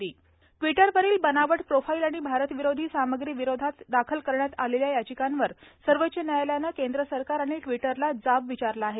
Twitter सर्वोच्च न्यायालय ट्विटरवरील बनावट प्रोफाइल आणि भारतविरोधी सामग्री विरोधात दाखल करण्यात आलेल्या याचिकांवर सर्वोच्च न्यायालयानं केंद्र सरकार आणि ट्विटरला जाब विचारला आहे